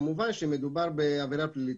כמובן שמדובר בעבירה פלילית.